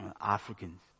Africans